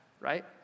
right